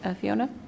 Fiona